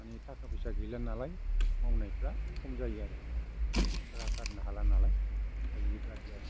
माने थाखा फैसा गैला नालाय मावनायफ्रा खम जायो आरो थाखा गारनो हाला नालाय दा बेबायदि आरो